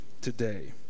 today